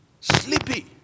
sleepy